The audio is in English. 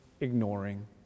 ignoring